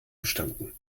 bestanden